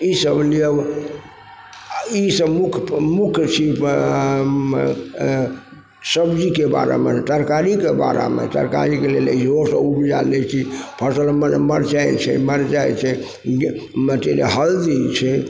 ईसब लिअ ई सब मुख मुख छी सब्जीके बारेमे तरकारीके बारेमे तरकारीके लेल इहो सब उपजा लै छी फसलमे मतलब मरचाइ छै मरचाइ छै अथी हल्दी छै